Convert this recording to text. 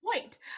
point